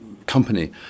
company